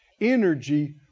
Energy